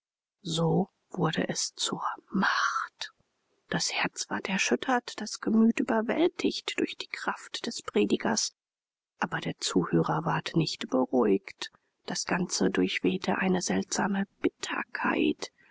so wurde es zur macht das herz ward erschüttert das gemüt überwältigt durch die kraft des predigers aber der zuhörer ward nicht beruhigt das ganze durchwehte eine seltsame bitterkeit